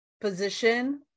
position